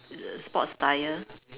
sports attire